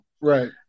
Right